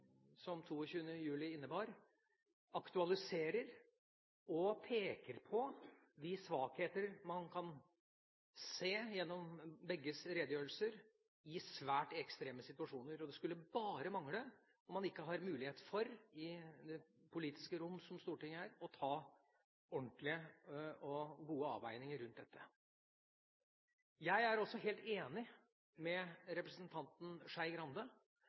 aktualiserer og peker på de svakheter man kan se i svært ekstreme situasjoner – gjennom begges redegjørelser. Det skulle bare mangle om man ikke hadde mulighet for i det politiske rom som Stortinget er, å ta ordentlige og gode avveininger rundt dette. Jeg er også helt enig med representanten Skei Grande